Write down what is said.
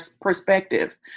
perspective